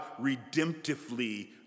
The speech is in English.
redemptively